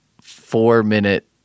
four-minute